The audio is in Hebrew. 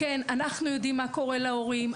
אנחנו יודעים מה קורה להורים,